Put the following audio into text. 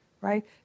right